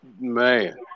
man